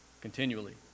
Continually